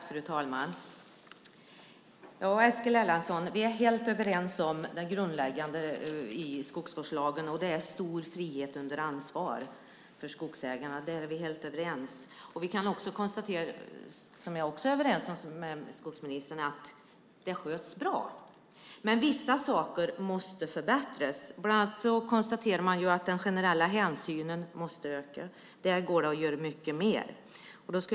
Fru talman! Vi är helt överens om det grundläggande i skogsvårdslagen, Eskil Erlandsson. Det är stor frihet under ansvar för skogsägarna. Där är vi helt överens. Jag är också överens med skogsministern om att det sköts bra. Men vissa saker måste förbättras. Man konstaterar bland annat att den generella hänsynen måste öka. Där går det att göra mycket mer.